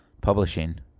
Publishing